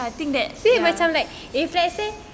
say macam like if let's say